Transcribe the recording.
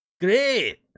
Great